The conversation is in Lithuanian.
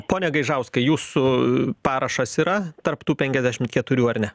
pone gaižauskai jūsų parašas yra tarp tų penkiasdešimt keturių ar ne